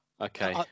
Okay